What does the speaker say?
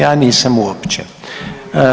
Ja nisam uopće.